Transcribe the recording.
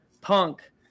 Punk